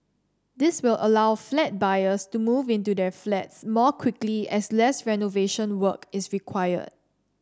this will allow flat buyers to move into their flats more quickly as less renovation work is required